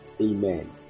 Amen